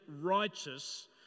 righteous